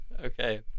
Okay